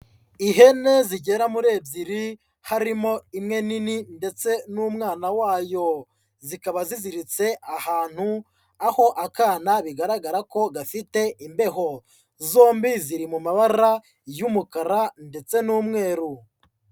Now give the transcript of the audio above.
Ihene zigera muri ebyiri harimo imwe nini ndetse n'umwana wayo, zikaba zigiritse ahantu aho akana bigaragara ko gafite imbeho, zombi ziri mu mabara y'umukara ndetse n'umweru.